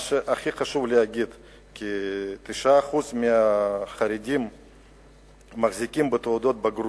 מה שהכי חשוב להגיד זה ש-9% מהחרדים מחזיקים בתעודות בגרות.